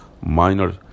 minor